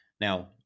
Now